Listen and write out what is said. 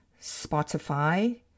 Spotify